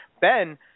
Ben